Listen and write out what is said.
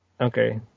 okay